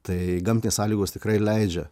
tai gamtinės sąlygos tikrai leidžia